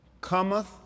cometh